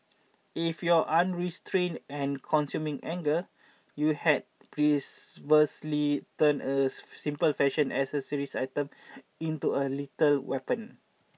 if your unrestrained and consuming anger you had perversely turned a simple fashion accessory item into a lethal weapon